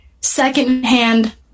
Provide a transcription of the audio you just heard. secondhand